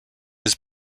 his